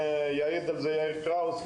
יעיד על זה יאיר קראוס,